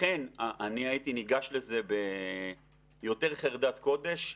לכן אני הייתי ניגש לזה ביותר חרדת קודש.